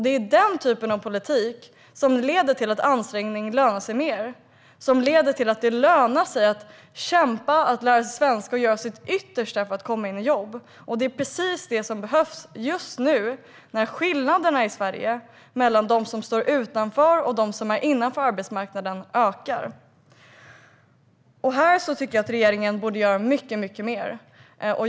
Det är den typen av politik som leder till att ansträngning lönar sig mer och till att det lönar sig att kämpa, lära sig svenska och göra sitt yttersta för att komma in i jobb. Det är precis det som behövs just nu, när skillnaderna i Sverige mellan dem som står utanför och dem som är inne på arbetsmarknaden ökar. Här tycker jag att regeringen borde göra mycket mer.